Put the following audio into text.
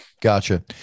Gotcha